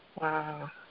Wow